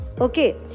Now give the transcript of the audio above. okay